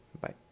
Bye